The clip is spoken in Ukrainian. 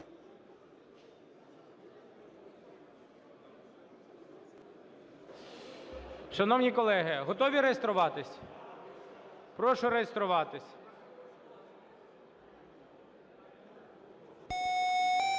Шановні колеги, готові реєструватись? Прошу реєструватись.